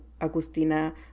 Agustina